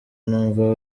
numva